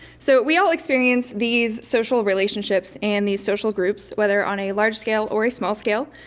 so, we all experience these social relationships and these social groups whether on a large scale or a small scale.